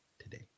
today